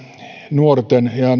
nuorten ja